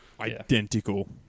identical